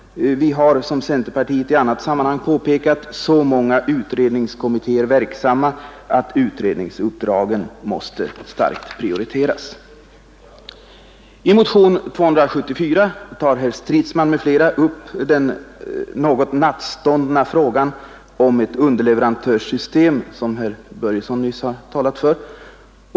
Vi har, som centerpartiet i annat sammanhang påpekat, så många utredningskommittéer verksamma att utredningsuppdragen måste starkt prioriteras. I motionen 274 tar herr Stridsman m.fl. upp den något nattståndna frågan om ett underleverantörssystem som herr Börjesson i Glömminge nyss har talat för.